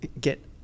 get